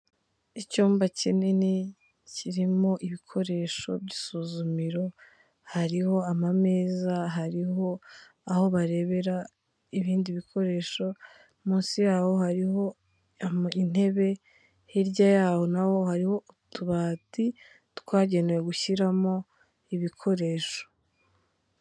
Icyumba kinini, kirimo ibikoresho by'isuzumiro, hariho amameza, hariho aho barebera ibindi bikoresho, munsi yaho hariho intebe, hirya yaho n'aho hariho utubati twagenewe gushyiramo ibikoresho.